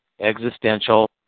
existential